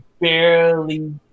barely